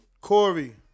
Corey